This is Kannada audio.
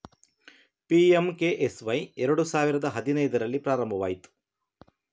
ಪಿ.ಎಂ.ಕೆ.ಎಸ್.ವೈ ಎರಡು ಸಾವಿರದ ಹದಿನೈದರಲ್ಲಿ ಆರಂಭವಾಯಿತು